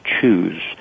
choose